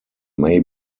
may